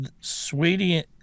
sweetie